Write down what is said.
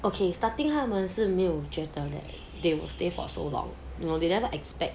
okay starting 没有觉得他们 stay for so long you know they never expect